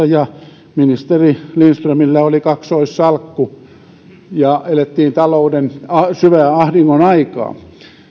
ja ministeri lindströmillä oli kaksoissalkku ja elettiin talouden syvää ahdingon aikaa